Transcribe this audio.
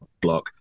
block